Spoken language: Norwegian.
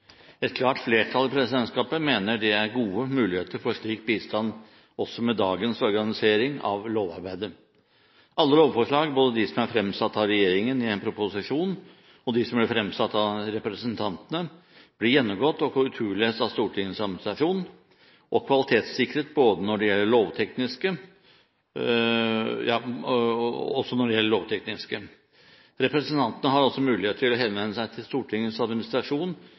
Et klart flertall i presidentskapet mener det er gode muligheter for slik bistand også med dagens organisering av lovarbeidet. Alle lovforslag – både de som er fremsatt av regjeringen i en proposisjon, og de som er fremsatt av representantene – blir gjennomgått og korrekturlest av Stortingets administrasjon og kvalitetssikret også når det gjelder det lovtekniske. Representantene har også mulighet til å henvende seg til Stortingets administrasjon